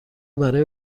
برای